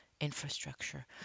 Infrastructure